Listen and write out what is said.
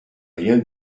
rien